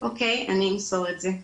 אוקי, אני אמסור את זה.